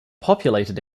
populated